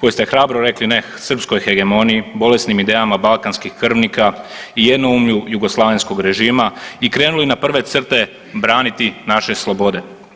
koji ste hrabro rekli ne srpskoj hegemoniji, bolesnim idejama balkanskih krvnika i jednoumlju jugoslavenskog režima i krenuli na prve crte braniti naše slobode.